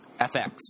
FX